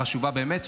החשובה באמת,